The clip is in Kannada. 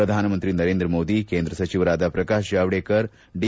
ಪ್ರಧಾನಮಂತ್ರಿ ನರೇಂದ್ರ ಮೋದಿ ಕೇಂದ್ರ ಸಚಿವರಾದ ಪ್ರಕಾಶ್ ಜಾವಡೇಕರ್ ದಿ